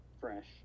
fresh